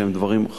שהם דברים חשובים.